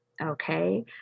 Okay